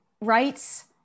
rights